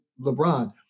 LeBron